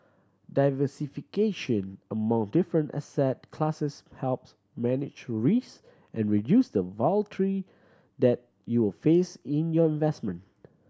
diversification among different asset classes helps manage risk and reduce the that you will face in your vestment